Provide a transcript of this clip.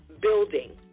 building